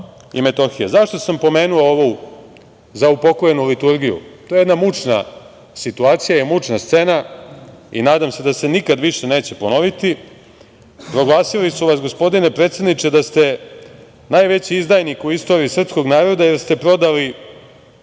i Metohije.Zašto sam pomenuo zaupokojenu liturgiju? To je jedna mučna situacija i mučna scena i nadam se da se nikada više neće ponoviti. Proglasili su vas, gospodine predsedniče, da ste najveći izdajnik u istoriji srpskog naroda jer ste prodali